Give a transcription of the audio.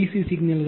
C சிக்னல்கள்